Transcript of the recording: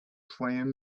playing